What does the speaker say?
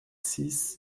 six